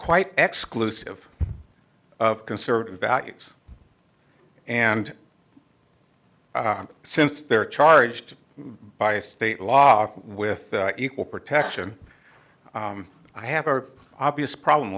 quite xclusive of conservative values and since they're charged by state law with equal protection i have a obvious problem